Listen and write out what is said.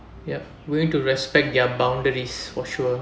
ya willing to respect their boundaries for sure